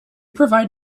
provide